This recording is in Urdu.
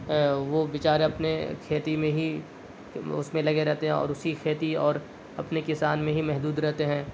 وہ بےچارے اپنے کھیتی میں ہی اس میں لگے رہتے ہیں اور اسی کھیتی اور اپنے کسان میں ہی محدود رہتے ہیں